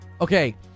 okay